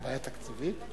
הבעיה היא תקציבית?